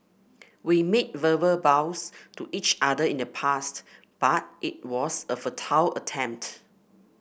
we made verbal vows to each other in the past but it was a futile attempt